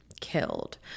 killed